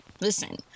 listen